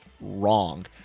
wrong